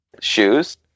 Shoes